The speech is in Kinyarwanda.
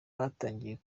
batangiye